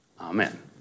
Amen